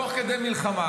תוך כדי מלחמה,